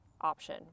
option